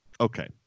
okay